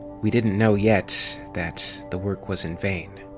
we didn't know yet that the work was in vain.